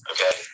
Okay